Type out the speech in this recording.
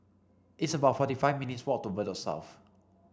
it's about forty five minutes' walk to Bedok South